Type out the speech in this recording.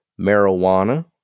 marijuana